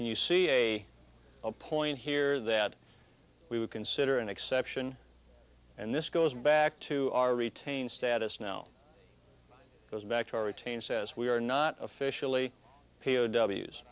can you see a point here that we would consider an exception and this goes back to our retained status now goes back to our retained says we are not officially p